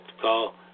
call